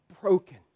broken